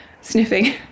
sniffing